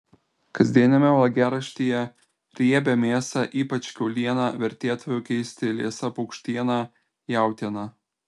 kasdieniame valgiaraštyje riebią mėsą ypač kiaulieną vertėtų keisti liesa paukštiena jautiena